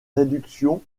réduction